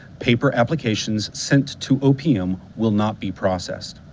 paper applications sent to opm will not be processed.